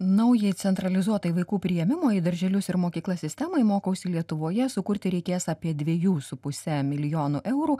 naujai centralizuotai vaikų priėmimo į darželius ir mokyklas sistemai mokausi lietuvoje sukurti reikės apie dviejų su puse milijonų eurų